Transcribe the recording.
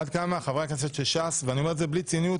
עד כמה חברי הכנסת של ש"ס ואני אומר את זה בלי ציניות